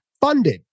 funded